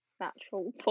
natural